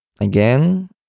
Again